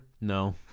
No